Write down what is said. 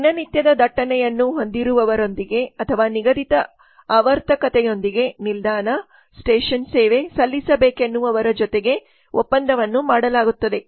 ದಿನನಿತ್ಯದ ದಟ್ಟಣೆಯನ್ನು ಹೊಂದಿರುವವರೊಂದಿಗೆ ಅಥವಾ ನಿಗದಿತ ಆವರ್ತಕತೆಯೊಂದಿಗೆ ನಿಲ್ದಾಣಸ್ಟೇಷನ್ ಸೇವೆ ಸಲ್ಲಿಸಬೇಕೆನ್ನುವವರ ಜೊತೆ ಒಪ್ಪಂದವನ್ನು ಮಾಡಲಾಗುತ್ತದೆ